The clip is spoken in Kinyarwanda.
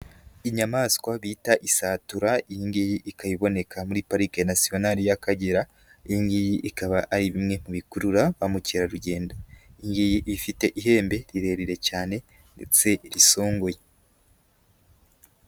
Inyamaswa bita isatura, ingiyi ikayiboneka muri parike national ya Akagera, iyingiyi ikaba ari imwe mu bikurura ba mukerarugendo, ifite ihembe rirerire cyane ndetse risongoye.